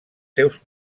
seus